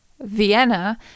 Vienna